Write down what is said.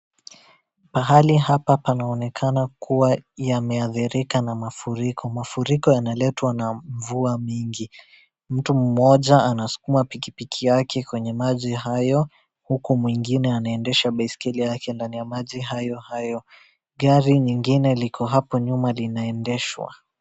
Pahali hapa panaonekana kuwa yameathirika na mafuriko, mafuriko yanaletwa na mvua mingi. Mtu mmoja anaskuma pikipiki yake kwenye maji hayo, huku mwingine anaendesha baiskeli lake ndani ya maji hayo hayo, gari nyingine liko hapo nyuma linaendeshwa.